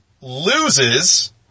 loses